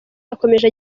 yakomeje